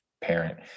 parent